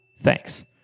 Thanks